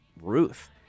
Ruth